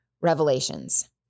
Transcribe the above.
revelations